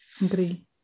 agree